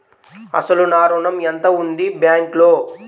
అసలు నా ఋణం ఎంతవుంది బ్యాంక్లో?